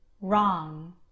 wrong